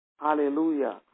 Hallelujah